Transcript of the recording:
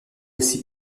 aussi